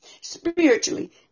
spiritually